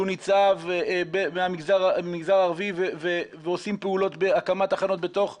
שהוא מהמגזר הערבי, ומקימה תחנות בתוך המגזר.